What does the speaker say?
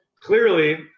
clearly